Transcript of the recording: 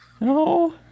No